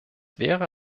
wäre